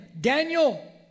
Daniel